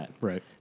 Right